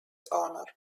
honor